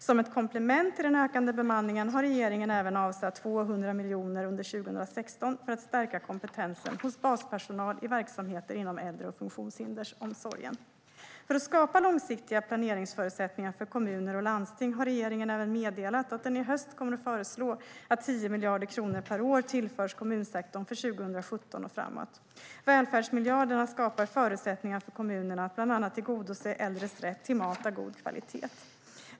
Som ett komplement till den ökade bemanningen har regeringen även avsatt 200 miljoner under 2016 för att stärka kompetensen hos baspersonal i verksamheter inom äldre och funktionshindersomsorgen. För att skapa långsiktiga planeringsförutsättningar för kommuner och landsting har regeringen även meddelat att den i höst kommer att föreslå att 10 miljarder kronor per år tillförs kommunsektorn från 2017 och framåt. Välfärdsmiljarderna skapar förutsättningar för kommunerna att bland annat tillgodose äldres rätt till mat av god kvalitet.